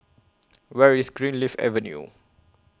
Where IS Greenleaf Avenue